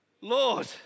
Lord